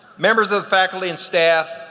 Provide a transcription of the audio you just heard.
members of faculty and staff,